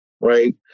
right